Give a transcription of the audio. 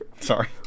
Sorry